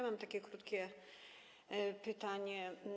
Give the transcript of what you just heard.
Mam takie krótkie pytanie.